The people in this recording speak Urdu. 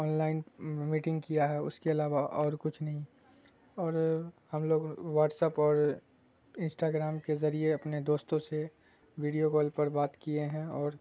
آن لائن میٹنگ کیا ہے اس کے علاوہ اور کچھ نہیں اور ہم لوگ واٹسپ اور انسٹاگرام کے ذریعے اپنے دوستوں سے ویڈیو کال پر بات کیے ہیں اور